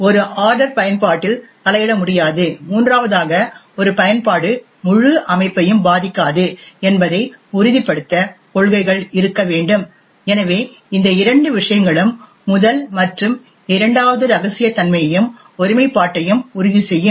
ஒரு ஆர்டர் பயன்பாட்டில் தலையிட முடியாது மூன்றாவதாக ஒரு பயன்பாடு முழு அமைப்பையும் பாதிக்காது என்பதை உறுதிப்படுத்த கொள்கைகள் இருக்க வேண்டும் எனவே இந்த இரண்டு விஷயங்களும் முதல் மற்றும் இரண்டாவது இரகசியத்தன்மையையும் ஒருமைப்பாட்டையும் உறுதி செய்யும்